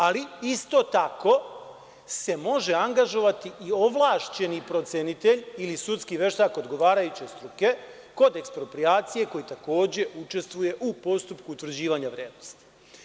Ali, isto tako se može angažovati i ovlašćeni procenitelj ili sudski veštak odgovarajuće struke kod eksproprijacije, koji takođe učestvuje u postupku utvrđivanja vrednosti.